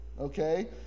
Okay